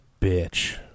bitch